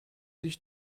sich